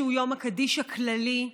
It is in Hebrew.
שהוא יום הקדיש הכללי,